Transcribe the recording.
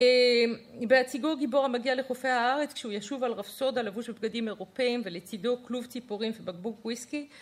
בהציגו גיבור המגיע לחופי הארץ כשהוא ישוב על רפסודה, לבוש בגדים אירופאיים, ולצידו כלוב ציפורים ובקבוק וויסקי